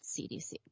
CDC